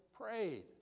prayed